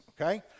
okay